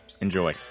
Enjoy